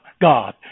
God